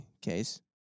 case